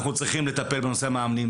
אנחנו צריכים לטפל בנושא המאמנים,